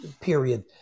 period